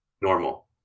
normal